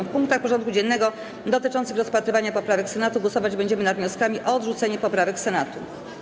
W punktach porządku dziennego dotyczących rozpatrywania poprawek Senatu głosować będziemy nad wnioskami o odrzucenie poprawek Senatu.